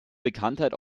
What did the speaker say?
bekanntheit